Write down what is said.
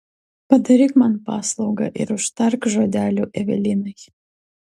padaryk man paslaugą ir užtark žodeliu evelinai